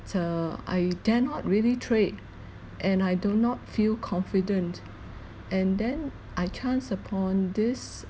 err I dare not really trade and I do not feel confident and then I chance upon this